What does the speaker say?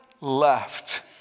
left